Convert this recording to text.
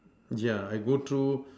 yeah I go through